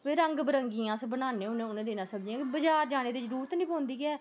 रंग बरंगी सब्ज़ियां अस बनाने होने उ'नें दिनें अस बजार जाने दी जरूरत निं पौंदी ऐ